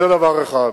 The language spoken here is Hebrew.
זה דבר אחד.